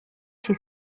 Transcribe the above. się